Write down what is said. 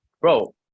Bro